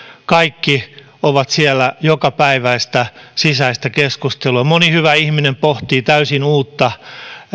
kaikki ovat siellä osa jokapäiväistä sisäistä keskustelua moni hyvä ihminen pohtii täysin uutta